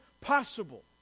possible